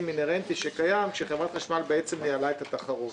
אינהרנטי שקיים כאשר חברת חשמל בעצם ניהלה את התחרות